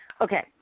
Okay